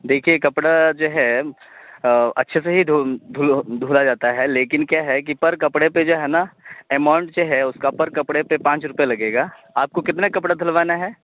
دیکھیے کپڑا جو ہے اچھے سے ہی دھلا جاتا ہے لیکن کیا ہے کہ پر کپڑے پہ جو ہے نا اماؤنٹ جو ہے اس کا پر کپڑے پہ پانچ روپے لگے گا آپ کو کتنے کپڑے دھلوانا ہے